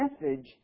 message